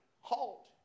halt